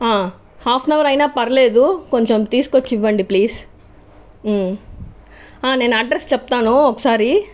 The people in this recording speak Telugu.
హాఫ్ అన్ హవర్ అయిన పర్లేదు కొంచం తీసుకొచ్చి ఇవ్వండి ప్లీజ్ నేను అడ్రస్ చెప్తాను ఒకసారి